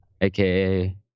aka